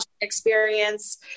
experience